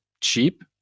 cheap